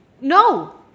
No